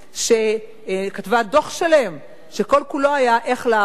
שכתבה דוח שלם שכל-כולו היה איך להרוס,